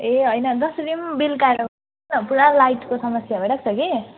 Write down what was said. ए होइन जसरी पनि बेलुका आएर पुरा लाइटको समस्या भइरहेको कि